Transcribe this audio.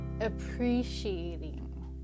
appreciating